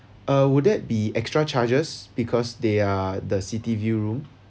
uh would that be extra charges because they are the city view room